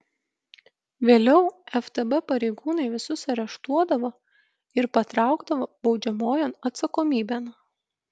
vėliau ftb pareigūnai visus areštuodavo ir patraukdavo baudžiamojon atsakomybėn